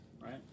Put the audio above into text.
Right